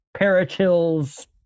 parachills